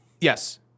Yes